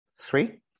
Three